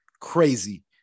crazy